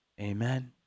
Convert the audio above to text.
Amen